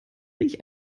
ich